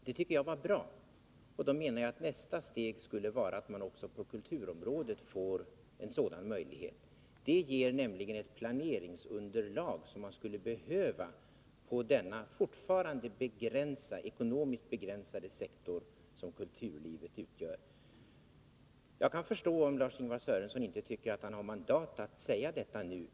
Det tycker jag var bra, och då menar jag att nästa steg skulle vara att man också på kulturområdet får en sådan möjlighet. Det ger nämligen ett planeringsunderlag som man skulle behöva på den fortfarande ekonomiskt begränsade sektor som kulturlivet utgör. Jag kan förstå om Lars-Ingvar Sörenson inte tycker att han har mandat att säga detta nu.